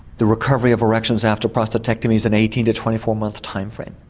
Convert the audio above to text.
the recovery of erections after prostatectomy is an eighteen to twenty four months time frame.